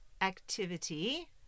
activity